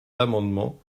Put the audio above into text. l’amendement